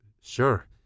Sure